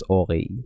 okay